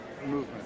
movement